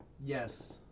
yes